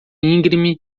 íngreme